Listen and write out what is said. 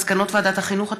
מסקנות ועדת החינוך,